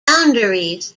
boundaries